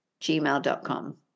gmail.com